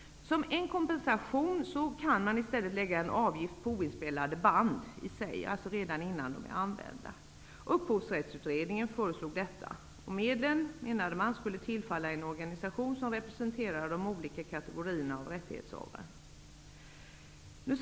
Som en kompensation kan man i stället lägga en avgift på oinspelade band. Upphovsrättsutredningen föreslog detta. Medlen menade man skulle tillfalla en organisation som representerar de olika kategorierna av rättighetshavare.